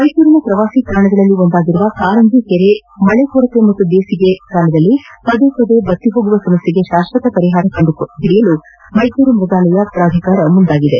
ಮೈಸೂರಿನ ಪ್ರವಾಸಿ ತಾಣಗಳಲ್ಲಿ ಒಂದಾಗಿರುವ ಕಾರಂಜಿ ಕೆರೆ ಮಳಿ ಕೊರತೆ ಹಾಗೂ ಬೇಸಿಗೆಯಿಂದ ಪದೇಪದೇ ಬತ್ತಿ ಹೋಗುವ ಸಮಸ್ಕೆಗೆ ಶಾಶ್ವತ ಪರಿಹಾರ ಕಂಡು ಹಿಡಿಯಲು ಮೈಸೂರು ಮ್ಯಗಾಲಯ ಪ್ರಾಧಿಕಾರ ಮುಂದಾಗಿದೆ